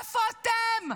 איפה אתם?